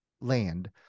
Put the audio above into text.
land